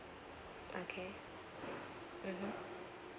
okay mmhmm